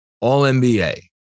All-NBA